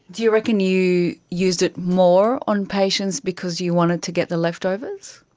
do you reckon you used it more on patients because you wanted to get the leftovers?